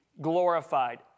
glorified